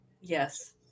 Yes